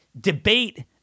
debate